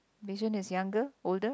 wei-sheng is younger older